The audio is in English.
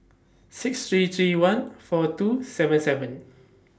six three three one four two seven seven